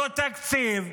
אותו תקציב,